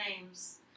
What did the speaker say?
names